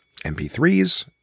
MP3s